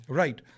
right